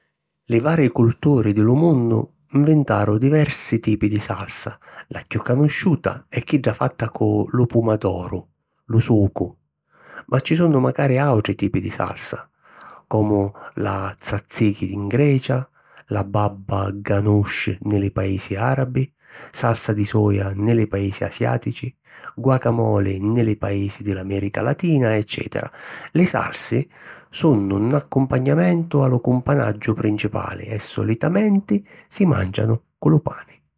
Li vari culturi di lu munnu nvintaru diversi tipi di salsa, la chiù canusciuta è chidda fatta cu lu pumadoru - lu sucu - ma ci sunnu macari àutri tipi di salsa comu la Tzatziki in Grecia, la Baba Ghanoush nni li paisi àrabi, salsa di soia nni li paisi asiàtici, Guacamoli nni li paisi di l’Amèrica Latina eccètera. Li salsi sunnu 'n accumpagnamentu a lu cumpanaggiu principali e solitamenti si màncianu cu lu pani